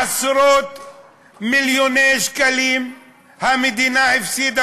עשרות-מיליוני שקלים המדינה הפסידה